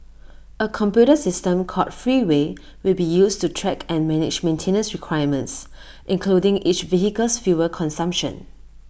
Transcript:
A computer system called Freeway will be used to track and manage maintenance requirements including each vehicle's fuel consumption